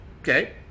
Okay